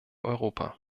europa